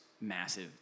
massive